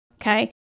Okay